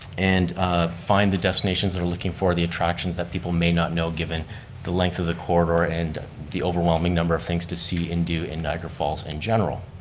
and ah find the destinations that are looking for, the attractions people may not know given the length of the corridor and the overwhelming number of things to see and do in niagara falls in general.